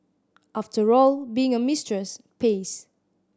after all being a mistress pays